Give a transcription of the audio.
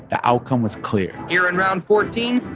the outcome was clear here in round fourteen,